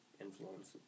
influence